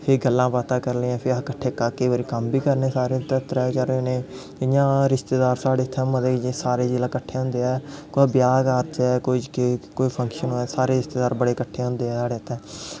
फ्ही गल्लां बात्तां करी लेइयां फिर अस कट्ठे केईं बारी कम्म बी करने सारे त्रै चार जने इ'यां रिश्तेदार सारे जिसलै कट्ठे होंदे ऐ कोई ब्याह् कारज कोई फंक्शन होए ते रिश्तेदार बड़े कट्ठे होंदे ऐ साढ़े इत्थै